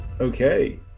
okay